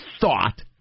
thought